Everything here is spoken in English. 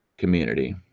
community